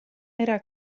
era